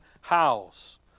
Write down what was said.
house